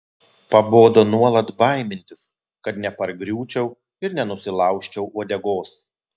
pabodo nuolat baimintis kad nepargriūčiau ir nenusilaužčiau uodegos